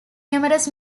numerous